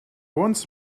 wants